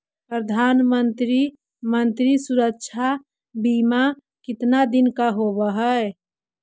प्रधानमंत्री मंत्री सुरक्षा बिमा कितना दिन का होबय है?